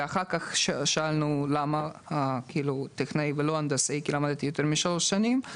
לאחר מכן שאלנו למה לא הנדסאי כי למדתי יותר משלוש שנים.